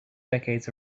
decades